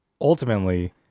ultimately